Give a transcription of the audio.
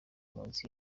munsi